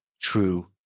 true